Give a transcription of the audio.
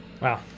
Wow